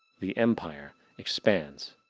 the empire expands.